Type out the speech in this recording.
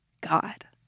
God